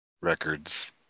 records